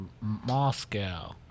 Moscow